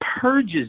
purges